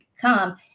come